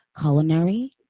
culinary